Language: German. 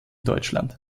deutschland